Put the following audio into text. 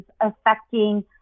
affecting